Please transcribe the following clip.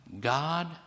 God